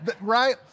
right